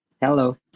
hello